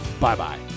Bye-bye